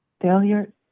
Failure